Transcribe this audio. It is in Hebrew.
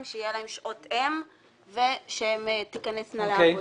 שיהיו להן שעות אם ושהן תיכנסנה לעבודה.